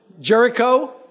Jericho